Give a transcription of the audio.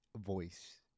voice